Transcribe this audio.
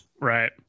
right